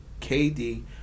KD